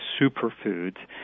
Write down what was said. superfoods